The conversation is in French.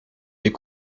est